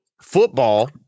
football